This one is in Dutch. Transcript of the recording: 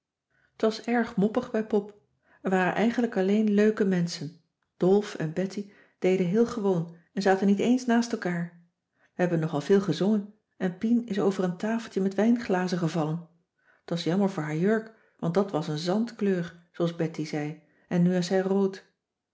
t was erg moppig bij pop er waren eigenlijk alleen leuke menschen dolf en betty deden heel gewoon ze zaten niet eens naast elkaar we hebben nogal veel gezongen en pien is over een tafeltje met wijnglazen gevallen t was jammer voor haar jurk want dat was een zandkleur zooals betty zei en nu is hij rood